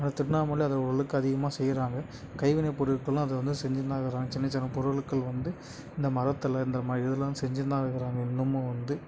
அதில் திருவண்ணாமலையில் அது ஓரளவுக்கு அதிகமாக செய்யறாங்க கைவினைப்பொருட்களும் அது வந்து செஞ்சின்னு தான் இருக்கிறாங்க சின்ன சின்ன பொருள்கள் வந்து இந்த மரத்தில் இந்த மாதிரி இது எல்லாம் செஞ்சின்னு தான் இருக்கிறாங்க இன்னமும் வந்து